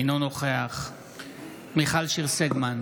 אינו נוכח מיכל שיר סגמן,